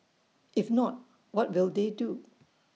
if not what will they do